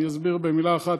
אני אסביר במילה אחת.